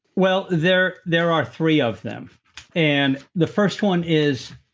well, there there are three of them and the first one is,